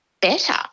better